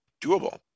doable